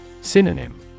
Synonym